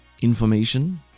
information